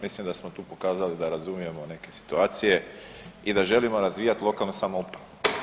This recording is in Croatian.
Mislim da smo tu pokazali da razumijemo neke situacije i da želimo razvijati lokalnu samoupravu.